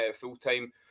full-time